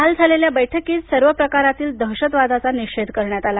काल झालेल्या बैठकीत सर्व प्रकारातील दहशतवादाचा निषेध करण्यात आला